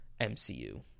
MCU